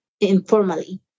informally